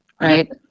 right